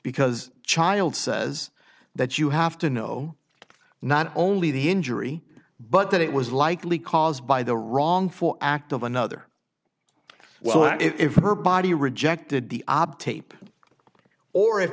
because child says that you have to know not only the injury but that it was likely caused by the wrong for act of another what if her body rejected the obtuse or if